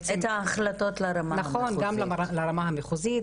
ההחלטות גם לרמה המחוזית,